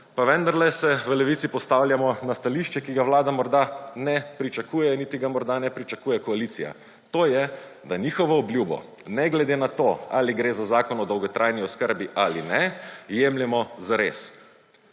Pa vendarle se v Levici postavljamo na stališče, ki ga Vlada morda ne pričakuje niti ga morda ne pričakuje koalicija, to je, da njihovo obljubo ne glede na to ali gre za Zakon o dolgotrajni oskrbi ali ne, jemljemo zares.